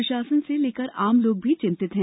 प्रशासन से लेकर आम लोग भी चिंतित हैं